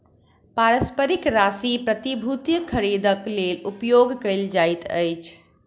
पारस्परिक राशि प्रतिभूतिक खरीदक लेल उपयोग कयल जाइत अछि